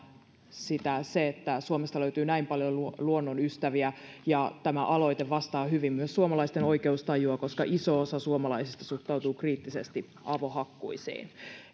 että suomesta löytyy näin paljon luonnon ystäviä tämä aloite vastaa hyvin myös suomalaisten oikeustajua koska iso osa suomalaisista suhtautuu kriittisesti avohakkuisiin